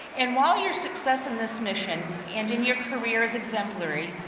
and while your success in this mission and in your career is exemplary,